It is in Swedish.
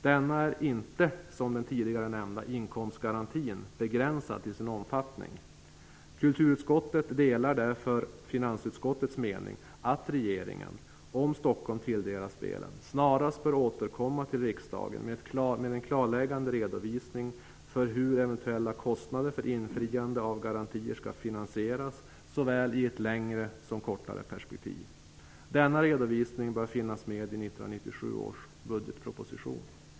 Denna är inte som den tidigare nämnda inkomstgarantin begränsad till sin omfattning. Kulturutskottet delar därför finansutskottets mening att regeringen, om Stockholm tilldelas spelen, snarast bör återkomma till riksdagen med en klarläggande redovisning för hur eventuella kostnader för infriande av garantier skall finansieras, såväl i ett längre som i ett kortare perspektiv. Denna redovisning bör finnas med i 1997 års budgetproposition.